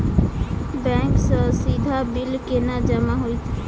Bank सँ सीधा bill केना जमा होइत?